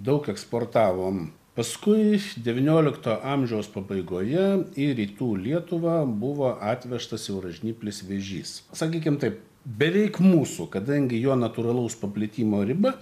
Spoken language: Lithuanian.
daug eksportavom paskui devyniolikto amžiaus pabaigoje į rytų lietuvą buvo atvežtas siauražnyplis vėžys sakykim taip beveik mūsų kadangi jo natūralaus paplitimo riba